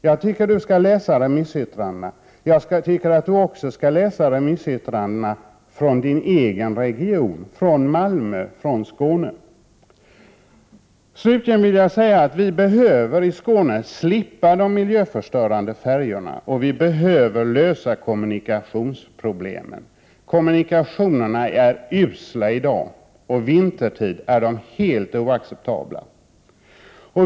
Jag tycker att Ulla Tillander skall läsa remissyttrandena, även från sin egen region, från Malmö och från Skåne. Slutligen vill jag säga att vi i Skåne behöver slippa de miljöförstörande färjorna och att vi behöver lösa kommunikationsproblemen. Kommunika tionerna är usla i dag. Vintertid är de helt oacceptabla.